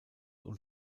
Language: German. und